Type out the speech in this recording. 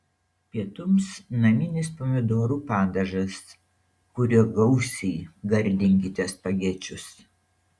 pietums naminis pomidorų padažas kuriuo gausiai gardinkite spagečius